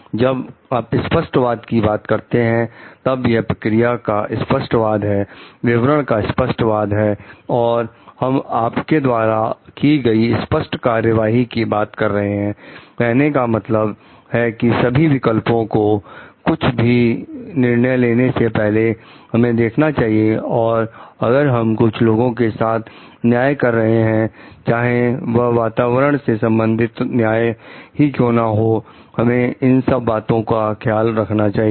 जब आप स्पष्ट वाद की बात करते हैं तब यह प्रक्रिया का स्पष्टवाद है वितरण का स्पष्टवाद है और हम आपके द्वारा की गई स्पष्ट कार्यवाही की बात कर रहे हैं कहने का मतलब है कि सभी विकल्पों को कुछ भी निर्णय लेने से पहले हमें देखना चाहिए और अगर हम कुछ लोगों के साथ न्याय कर रहे हैं चाहे वह वातावरण से संबंधित न्याय ही क्यों ना हो हमें इन सब बातों का ख्याल रखना चाहिए